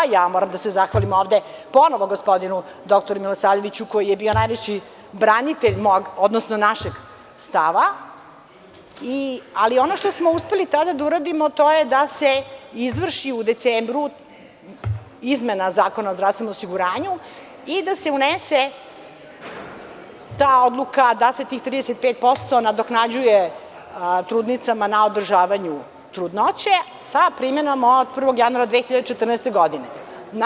Moram da se zahvalim ponovo dr Milosavljeviću koji je bio najveći branitelje mog, odnosno našeg stava, ali ono što smo uspeli tada da uradimo to je da se izvrši u decembru izmena Zakona o zdravstvenom osiguranju i da se unese ta obuka, da se tih 35% nadoknađuje trudnicama na održavanju trudnoće sa primenom od 1. januara 2014. godine.